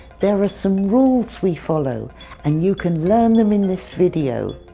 there are some rules we follow and you can learn them in this video.